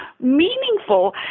meaningful